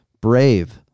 Brave